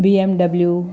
BMW